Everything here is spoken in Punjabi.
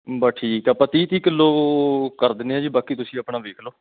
ਬਸ ਠੀਕ ਆ ਆਪਾਂ ਤੀਹ ਤੀਹ ਕਿੱਲੋ ਕਰ ਦਿੰਦੇ ਹਾਂ ਜੀ ਬਾਕੀ ਤੁਸੀਂ ਆਪਣਾ ਵੇਖ ਲਉ